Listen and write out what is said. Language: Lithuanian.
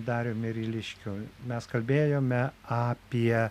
dariumi ryliškiu mes kalbėjome apie